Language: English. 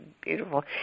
beautiful